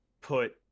put